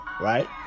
Right